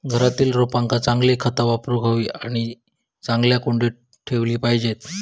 घरातील रोपांका चांगली खता वापरूक हवी आणि चांगल्या कुंडीत ठेवली पाहिजेत